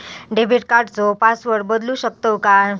Debit कार्डचो password बदलु शकतव काय?